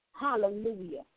Hallelujah